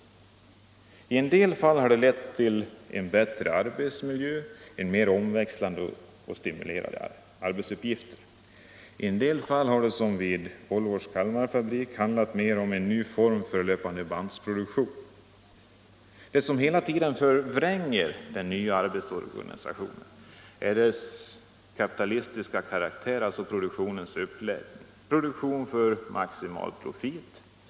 I en del fall har den lett till bättre arbetsmiljö och mer omväxlande och stimulerande arbetsuppgifter. I en del fall, som Volvos Kalmarfabrik, handlar det mer om en ny form för löpandebandsproduktion. Det som hela tiden förvränger den nya arbetsorganisationen är produktionens kapitalistiska karaktär: produktion för maximal profit.